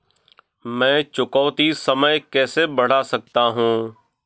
मैं चुकौती समय कैसे बढ़ा सकता हूं?